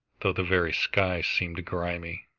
though the very sky seemed grimy,